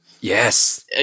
Yes